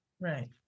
Right